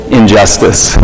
injustice